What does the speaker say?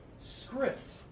script